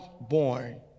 born